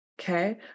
okay